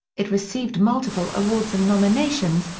it received multiple awards and nominations,